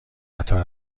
قطار